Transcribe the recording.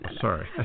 Sorry